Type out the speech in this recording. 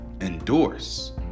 endorse